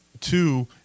two